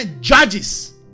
judges